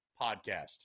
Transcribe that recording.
podcast